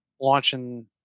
launching